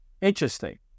Interesting